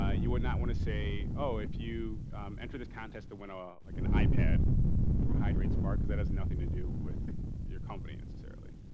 ah you would not want to say, oh, if you enter this contest to win a. ah like an ipad from hydrates spark because that has nothing to do with your company necessarily.